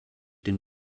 den